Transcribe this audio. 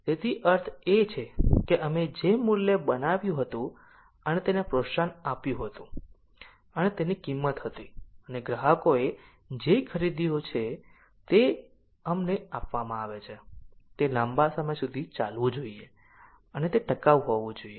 તેનો અર્થ એ છે કે અમે જે મૂલ્ય બનાવ્યું હતું અને તેને પ્રોત્સાહન આપ્યું હતું અને તેની કિંમત હતી અને ગ્રાહકોએ જે ખરીદ્યું છે તે અમને આપવામાં આવે છે તે લાંબા સમય સુધી ચાલવું જોઈએ અને તે ટકાઉ હોવું જોઈએ